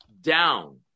down